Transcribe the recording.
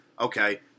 Okay